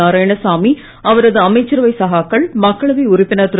நாராயணசாமி அவரது அமைச்சரவை சகாக்கள் மக்களவை உறுப்பினர் திரு